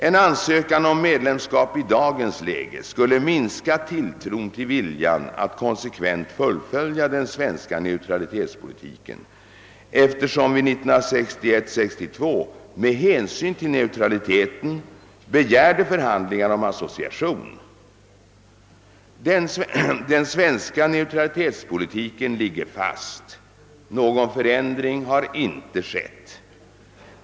En ansökan om medlemskap i dagens läge skulle minska tilltron till viljan att konsekvent fullfölja den svenska neutralitetspolitiken eftersom vi 1961—1962 med hänsyn till neutraliteten begärde förhandlingar om = association. Den svenska neutralitetspolitiken ligger fast. Någon förändring har inte skett.